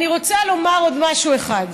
אני רוצה לומר עוד משהו אחד.